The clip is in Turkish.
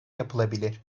yapılabilir